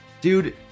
Dude